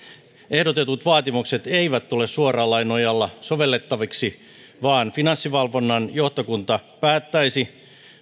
ehdotetut vaatimukset eivät tule suoraan lain nojalla sovellettaviksi vaan finanssivalvonnan johtokunta päättäisi